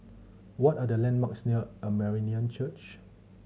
what are the landmarks near Armenian Church